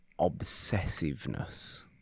obsessiveness